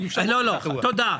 תודה.